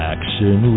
Action